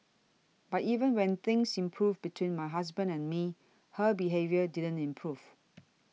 but even when things improved between my husband and me her behaviour didn't improve